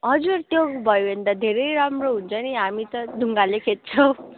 हजुर त्यो भयो भने त धेरै राम्रो हुन्छ नि हामी त ढुङ्गाले खेद्छौँ